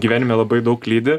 gyvenime labai daug lydi